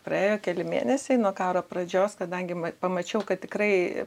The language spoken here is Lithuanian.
praėjo keli mėnesiai nuo karo pradžios kadangi pamačiau kad tikrai